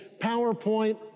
PowerPoint